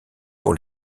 pour